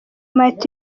might